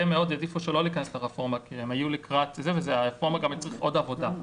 מאוד העדיפו לא להיכנס לרפורמה כי הרפורמה גם הצריכה עוד עבודה.